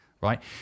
right